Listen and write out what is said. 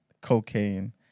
cocaine